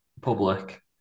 public